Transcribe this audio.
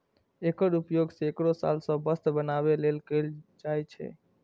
एकर उपयोग सैकड़ो साल सं वस्त्र बनबै लेल कैल जाए छै